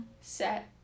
Set